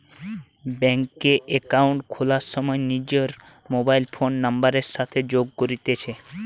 bank এ account খোলার সময় নিজর মোবাইল ফোন নাম্বারের সাথে যোগ করতিছে